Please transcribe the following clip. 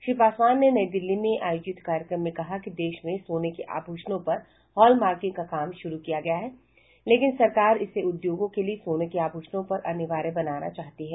श्री पासवान ने नई दिल्ली में आयोजित कार्यक्रम में कहा कि देश में सोने के आभूषणों पर हालमार्किंग का काम शुरू किया गया है लेकिन सरकार इसे उद्योगों के लिए सोने के आभूषणों पर अनिवार्य बनाना चाहती है